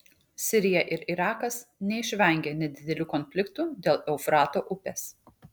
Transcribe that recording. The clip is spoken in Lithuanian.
sirija ir irakas neišvengė nedidelių konfliktų dėl eufrato upės